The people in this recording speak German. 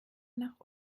nach